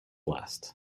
last